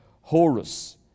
Horus